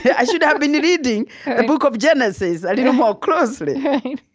i should have been reading the book of genesis a little more closely right.